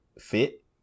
fit